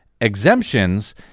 exemptions